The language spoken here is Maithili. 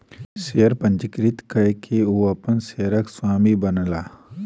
शेयर पंजीकृत कय के ओ अपन शेयरक स्वामी बनला